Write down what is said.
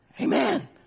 Amen